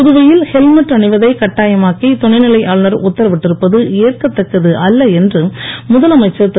புதுவையில் ஹெல்மெட் அணிவதைக் கட்டாயமாக்கி துணைநிலை ஆளுனர் உத்தரவிட்டிருப்பது ஏற்கத்தக்கது அல்ல என்று முதலமைச்சர் திரு